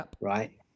Right